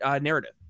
narrative